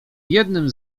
jednym